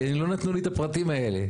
כי לא נתנו לי את הפרטים האלה.